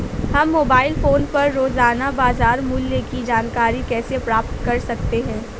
हम mobile phone पर रोजाना बाजार मूल्य की जानकारी कैसे प्राप्त कर सकते हैं?